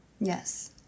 Yes